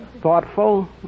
thoughtful